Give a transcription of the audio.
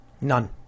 none